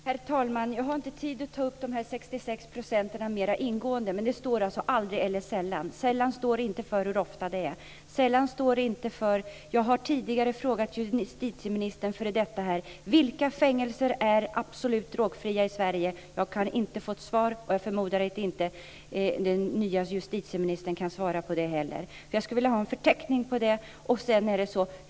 Herr talman! Jag har inte tid att ta upp de 66 procenten mer ingående. Men det står alltså "sällan eller aldrig" i svaret. Sällan står inte för hur ofta det är. Jag har tidigare frågat vår f.d. justitieminister vilka fängelser som är absolut drogfria i Sverige. Jag har inte fått svar. Och jag förmodar att inte den nya justitieministern kan svara på det heller. Jag skulle vilja ha en förteckning över detta.